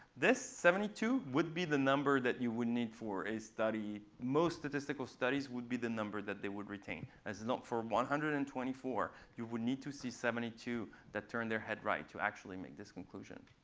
this seventy two would be the number that you would need for a study most statistical studies would be the number that they would retain. that's not for one hundred and twenty four. you would need to see seventy two that turn their head right to actually make this conclusion.